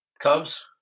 Cubs